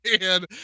man